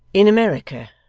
in america,